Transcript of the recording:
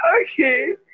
Okay